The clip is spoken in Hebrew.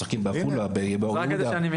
זה הסוף של מה שאני רוצה להגיד.